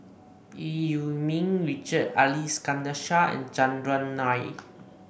Eu Yee Ming Richard Ali Iskandar Shah and Chandran Nair